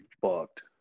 fucked